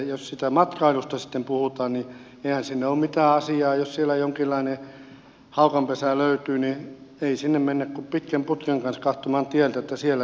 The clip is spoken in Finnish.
jos siitä matkailusta sitten puhutaan niin eihän sinne ole mitään asiaa jos siellä jonkinlainen haukanpesä löytyy ei sinne mennä kuin pitkän putken kanssa katsomaan tieltä että siellä se pesii